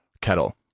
Kettle